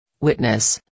Witness